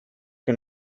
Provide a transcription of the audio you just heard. che